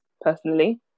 personally